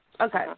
okay